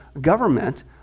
government